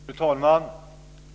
Fru talman!